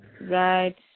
right